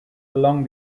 along